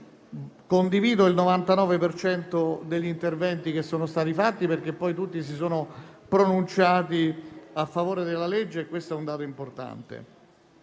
condivido il 99 per cento degli interventi che sono stati fatti, perché poi tutti si sono pronunciati a favore del disegno di legge, e questo è un dato importante.